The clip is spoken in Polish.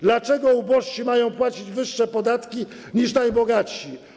Dlaczego ubożsi mają płacić wyższe podatki niż najbogatsi?